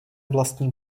vlastní